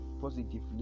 positively